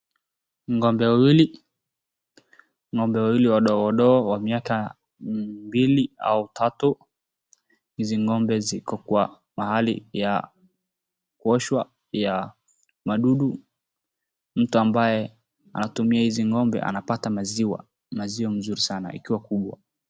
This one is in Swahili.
Ng'ombe wawili, ng'ombe wawili wadogo wadogo wa miaka mbili au tatu, izi ng'ombe ziko kwa mahali ya kuoshwa ya madudu, mtu ambaye anatumia hizi ng'ombe anapata maziwa mzuri sana ikiwa kubwa.